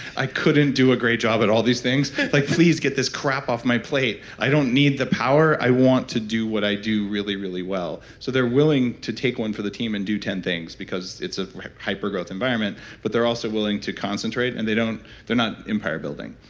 i couldn't do a great job at all these things. like please get this crap off my plate. i don't need the power. i want to do what i do really, really well. so they're willing to take one for the team and do ten things because it's a hyper growth environment but they're also willing to concentrate and they're not empire-building,